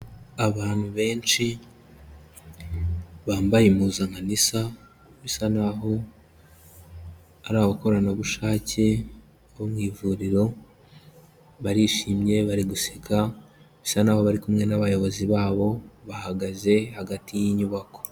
Abantu benshi bambaye impuzankano isa, bisa naho ari abakoranabushake bo mu ivuriro, barishimye, bari guseka, bisa naho bari kumwe n'abayobozi babo bahagaze hagati y'inyubako.